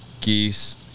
geese